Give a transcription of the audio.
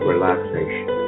relaxation